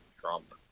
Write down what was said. Trump